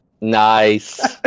Nice